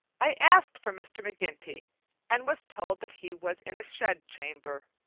i asked for mr. mcginty and was told that he was in a shed chamber.